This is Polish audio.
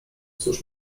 cóż